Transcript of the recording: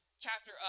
chapter